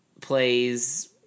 plays